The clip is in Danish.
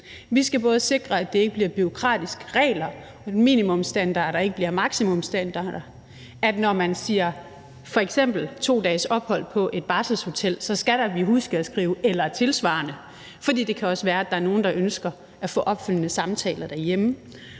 Vi skal både sikre, at det ikke bliver bureaukratiske regler, og at minimumsstandarder ikke bliver maksimumsstandarder, og at vi, når man f.eks. siger 2 dages ophold på et barselshotel, så skal huske at skrive »eller tilsvarende«, fordi det også kan være, at der er nogle, der ønsker at få opfølgende samtaler derhjemme